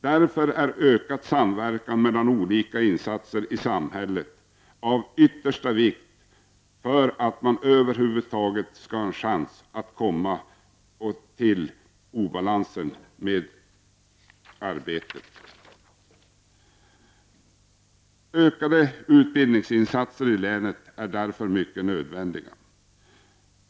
Därför är ökad samverkan mellan olika instanser i samhället av yttersta vikt för att man över huvud taget skall ha en chans att komma till rätta med denna obalans. Ökade utbildningssatsningar i länet är därför nödvändiga.